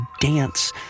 dance